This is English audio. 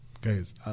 guys